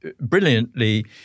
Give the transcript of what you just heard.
brilliantly